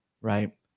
Right